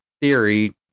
Theory